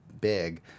big